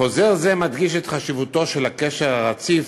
חוזר זה מדגיש את חשיבותו של הקשר הרציף